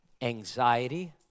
anxiety